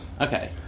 Okay